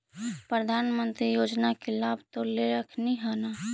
प्रधानमंत्री बाला योजना के लाभ तो ले रहल्खिन ह न?